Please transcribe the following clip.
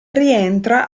rientra